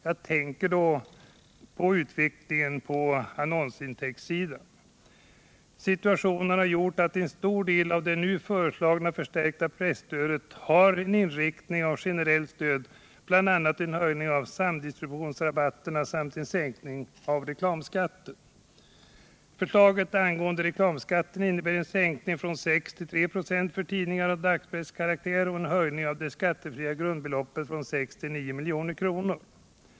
Jag tänker då på bl.a. utvecklingen på annonsintäktssidan. Situationen har gjort att en stor del av det nu föreslagna förstärkta presstödet har en inriktning av generellt stöd, bl.a. höjning av samdistributionsrabatterna samt sänkning av reklamskatten. Förslaget angående reklamskatten innebär en sänkning från 6 till 3 26 för tidningar av dagspresskaraktär och en höjning av det skattefria grundbeloppet från 6 till 9 milj.kr.